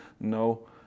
No